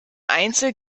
einzel